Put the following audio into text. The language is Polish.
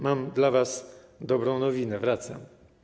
Mam dla was dobrą nowinę: wracam.